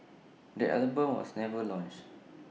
the album was never launched